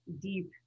deep